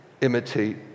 imitate